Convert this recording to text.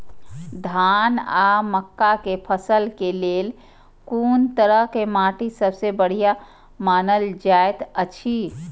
धान आ मक्का के फसल के लेल कुन तरह के माटी सबसे बढ़िया मानल जाऐत अछि?